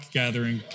gathering